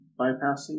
bypassing